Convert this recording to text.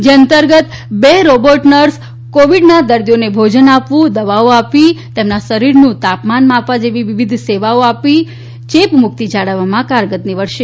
જે અંતર્ગત બે રોબોટ નર્સ કોવિડ ના દર્દીઓને ભોજન આપવું દવાઓ આપી એમના શરીરનું તાપમાન માપવા જેવી વિવિધ સેવાઓ આપી ચેપમુક્તિ જાળવવામાં કારગત નિવડશે